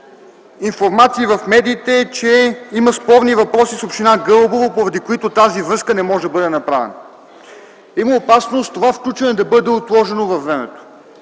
информации в медиите, че има спорни въпроси с община Гълъбово, поради които тази връзка не може да бъде направена. Има опасност това включване да бъде отложено във времето.